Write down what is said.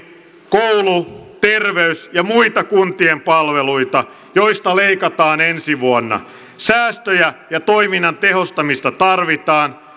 koulu terveys ja muita kuntien palveluita joista leikataan ensi vuonna säästöjä ja toiminnan tehostamista tarvitaan